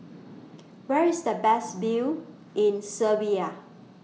Where IS The Best View in Serbia